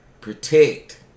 protect